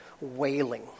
wailing